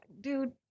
dude